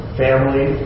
family